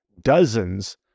dozens